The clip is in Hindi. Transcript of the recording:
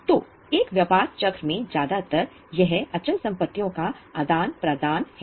तो एक व्यापार चक्र में ज्यादातर यह अचल संपत्तियों का आदान प्रदान है